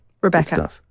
Rebecca